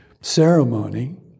ceremony